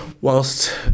whilst